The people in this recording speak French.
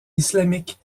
islamique